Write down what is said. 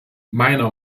meiner